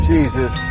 Jesus